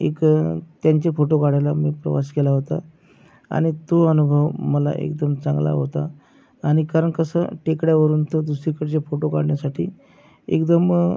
एक त्यांचे फोटो काढायला मी प्रवास केला होता आणि तो अनुभव मला एकदम चांगला होता आणि कारण कसं टेकड्यावरून तर दुसरीकडचे फोटो काढण्यासाठी एकदम